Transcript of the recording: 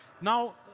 now